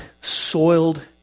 soiled